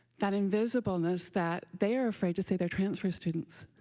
that invisibleness that they are afraid to say they're transfer students.